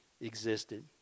existed